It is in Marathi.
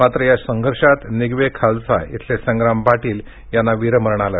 मात्र या संघर्षात निगवे खालसा इथले संग्राम पाटील यांना वीरमरण आलं